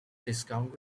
discount